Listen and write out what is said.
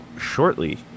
shortly